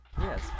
Yes